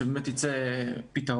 שבאמת ייצא פתרון,